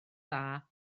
dda